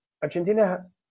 Argentina